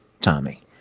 Tommy